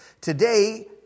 Today